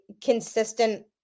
consistent